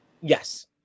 Yes